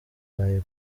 burayi